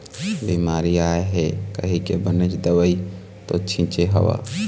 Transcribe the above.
बिमारी आय हे कहिके बनेच दवई तो छिचे हव